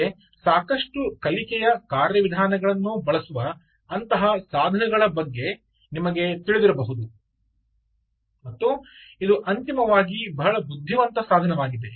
ಹಿಂದೆ ಸಾಕಷ್ಟು ಕಲಿಕೆಯ ಕಾರ್ಯವಿಧಾನಗಳನ್ನು ಬಳಸುವ ಅಂತಹ ಸಾಧನಗಳ ಬಗ್ಗೆ ನಿಮಗೆ ತಿಳಿದಿರಬಹುದು ಮತ್ತು ಇದು ಅಂತಿಮವಾಗಿ ಬಹಳ ಬುದ್ಧಿವಂತ ಸಾಧನವಾಗಿದೆ